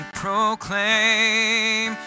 proclaim